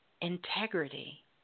integrity